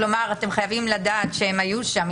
כלומר אתם חייבים לדעת שהם היו שם.